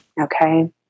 Okay